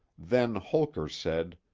then holker said